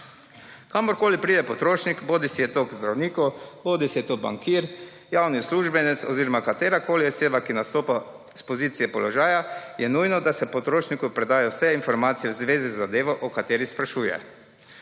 Kamorkoli pride potrošnik, bodisi je to k zdravniku bodisi je to bankir, javni uslužbenec oziroma katerakoli oseba, ki nastopa s pozicije položaja, je nujno, da se potrošniku predajo vse informacije v zvezi z zadevo, o katerih sprašuje.